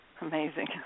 Amazing